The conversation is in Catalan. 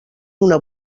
una